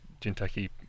Jinteki